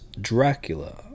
Dracula